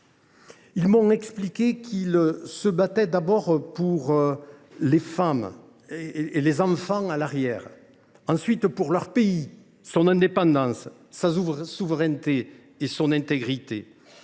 Ils m’ont expliqué qu’ils se battaient tout d’abord pour les femmes et les enfants à l’arrière, et ensuite pour leur pays, son indépendance, sa souveraineté et son intégrité.